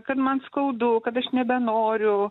kad man skaudu kad aš nebenoriu